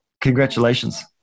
congratulations